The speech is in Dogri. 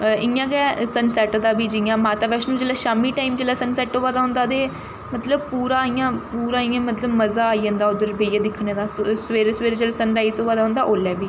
इ'यां गै सन सैट्ट दा बी जि'यां माता बैष्णो जेल्लै शामी टाइम जेल्लै सन सैट्ट होआ दा होंदा ते मतलब पूरा इ'यां पूरा इ'यां मतलब मजा आई जंदा उद्धर बेहियै दिक्खने दा सवेरै सवेरै जेल्लै सन राइज होआ दा होंदा ओल्लै बी